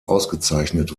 ausgezeichnet